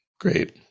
Great